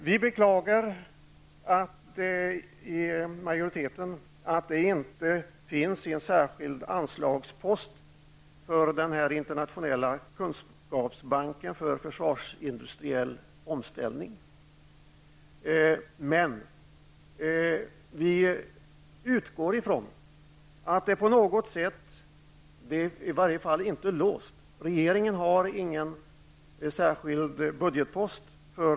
Utskottsmajoriteten beklagar att det inte finns en särskild anslagspost för den internationella kunskapsbanken för försvarsindustriell omställning. Men vi utgår ifrån att situationen i varje fall inte är låst.